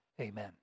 Amen